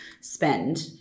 spend